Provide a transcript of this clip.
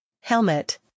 helmet